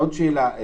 עוד שאלה.